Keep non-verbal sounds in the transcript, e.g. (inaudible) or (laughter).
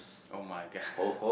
[oh]-my-god (laughs)